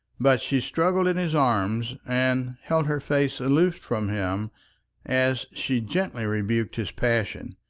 but she struggled in his arms, and held her face aloof from him as she gently rebuked his passion.